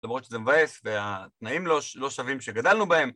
למרות שזה מבאס והתנאים לא שווים כשגדלנו בהם